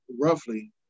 roughly